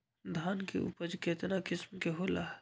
धान के उपज केतना किस्म के होला?